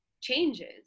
changes